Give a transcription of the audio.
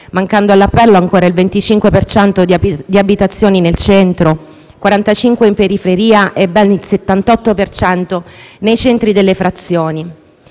mancando all'appello ancora il 25 per cento di abitazioni nel centro, il 45 in periferia e ben il 78 per cento nelle frazioni.